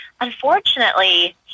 unfortunately